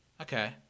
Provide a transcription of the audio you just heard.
Okay